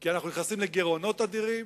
כי אנחנו נכנסים לגירעונות אדירים